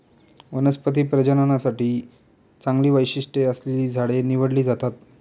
वनस्पती प्रजननासाठी चांगली वैशिष्ट्ये असलेली झाडे निवडली जातात